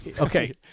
Okay